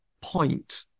point